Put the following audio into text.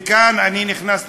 וכאן אני נכנס לסוגיה.